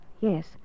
Yes